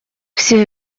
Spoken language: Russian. все